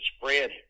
spread